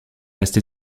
reste